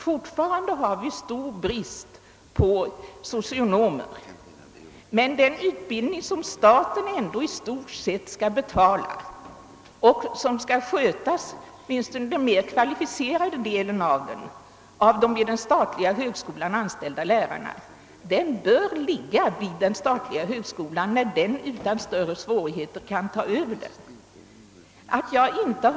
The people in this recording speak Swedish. Fortfarande råder stor brist på socionomer. Men den utbildning som staten ändå i stor utsträckning skall betala och som skall skötas, åtminstone till den mer kvalificerade delen av de vid den statliga högskolan anställda lärarna bör ligga vid den statliga högskolan, när denna utan större svårigheter kan överta den.